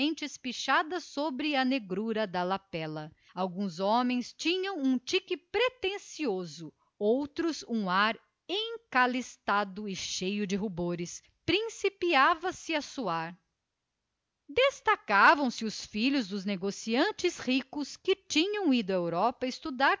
sistematicamente espichadas sobre a negrura da lapela alguns tinham um tique pretensioso outros um ar encalistrado e cheio de rubores principiava se a suar destacavam se os filhos dos negociantes ricos que haviam ido à europa estudar